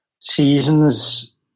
seasons